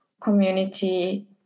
community